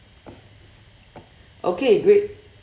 okay great